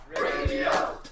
Radio